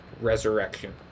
resurrection